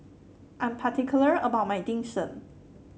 I am particular about my Dim Sum